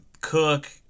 Cook